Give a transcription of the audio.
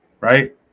right